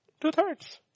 Two-thirds